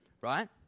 right